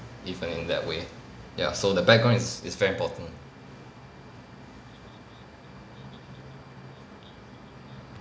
even in that way ya so the background is is very important